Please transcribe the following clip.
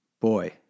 boy